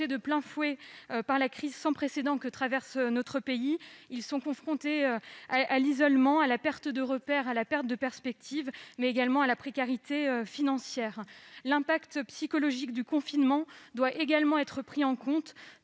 de plein fouet par la crise sans précédent que traverse notre pays et sont confrontés à l'isolement, à la perte de repères, à la perte de perspectives et aussi à la précarité financière. L'impact psychologique du confinement doit également être pris en compte,